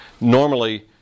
normally